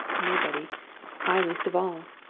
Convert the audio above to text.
nobody i least of all!